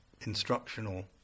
instructional